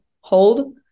hold